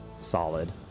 solid